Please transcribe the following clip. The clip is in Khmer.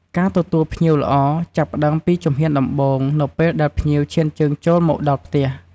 ការទទួលភ្ញៀវល្អ ចាប់ផ្តើមពីជំហានដំបូងនៅពេលដែលភ្ញៀវឈានជើងចូលមកដល់ផ្ទះ។